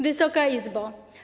Wysoka Izbo!